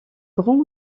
grand